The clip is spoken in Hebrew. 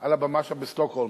על הבמה שם בשטוקהולם,